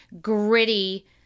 gritty